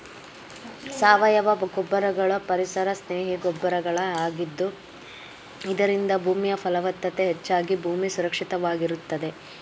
ಸಾವಯವ ಗೊಬ್ಬರಗಳು ಪರಿಸರ ಸ್ನೇಹಿ ಗೊಬ್ಬರಗಳ ಆಗಿದ್ದು ಇದರಿಂದ ಭೂಮಿಯ ಫಲವತ್ತತೆ ಹೆಚ್ಚಾಗಿ ಭೂಮಿ ಸುರಕ್ಷಿತವಾಗಿರುತ್ತದೆ